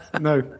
no